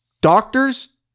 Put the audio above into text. Doctors